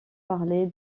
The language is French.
parler